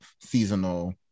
seasonal